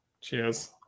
cheers